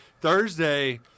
Thursday